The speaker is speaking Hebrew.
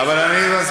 אבל אני מסביר.